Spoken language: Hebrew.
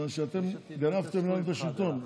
מכיוון שאתם גנבתם לנו את השלטון.